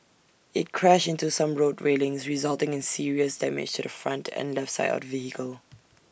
IT crashed into some road railings resulting in serious damage to the front and left side of the vehicle